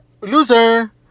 loser